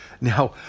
Now